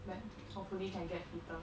but hopefully can get fitter